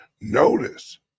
notice